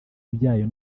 byayo